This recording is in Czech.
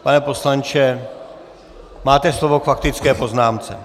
Pane poslanče, máte slovo k faktické poznámce.